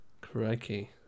crikey